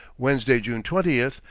wednesday, june twenty.